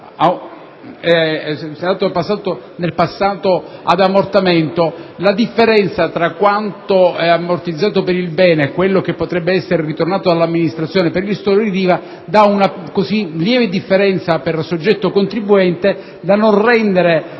portato l'acquisto nel passato ad ammortamento, la differenza tra quanto è ammortizzato per il bene e quello che potrebbe essere rimborsato dall'amministrazione per i ristori di IVA, dà una lieve differenza per soggetto contribuente da non rendere appetibile